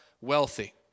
wealthy